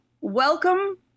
Welcome